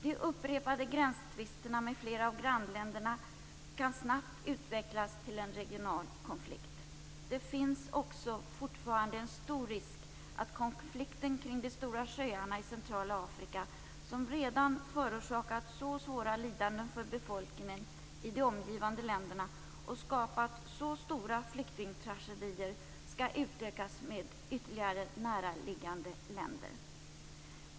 De upprepade gränstvisterna med flera av grannländerna kan snabbt utvecklas till en regional konflikt. Det finns också fortfarande en stor risk att konflikten kring de stora sjöarna i centrala Afrika, som redan förorsakat så svåra lidanden för befolkningen i de omgivande länderna och skapat så stora flyktingtragedier, skall utökas med ytterligare näraliggande länder.